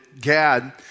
Gad